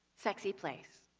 sexy place.